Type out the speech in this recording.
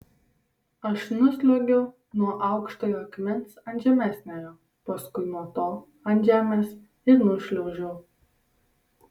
aš nusliuogiau nuo aukštojo akmens ant žemesniojo paskui nuo to ant žemės ir nušliaužiau